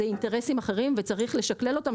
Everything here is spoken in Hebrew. אלו אינטרסים שונים וצריך לשקלל אותם,